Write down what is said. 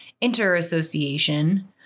inter-association